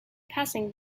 passing